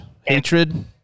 Hatred